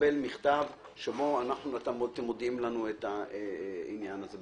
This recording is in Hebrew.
אקבל מכתב שבו אתם מודיעים לנו את העניין הזה.